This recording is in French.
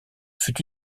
fut